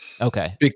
Okay